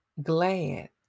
Glad